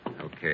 Okay